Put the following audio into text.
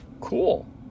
Cool